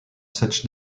such